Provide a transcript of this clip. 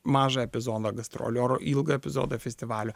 mažą epizoną gastrolių ar ilgą epizodą festivalio